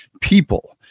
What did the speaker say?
people